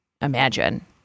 imagine